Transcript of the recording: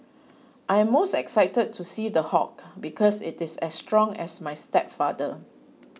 I'm most excited to see The Hulk because it is as strong as my stepfather